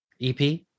EP